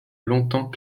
longtemps